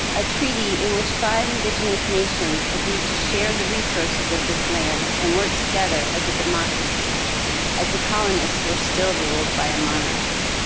a treaty in which five indigenous nations agreed to share the resources of this land and work together as a democracy as the colonies were still ruled by a monarchy.